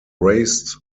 raised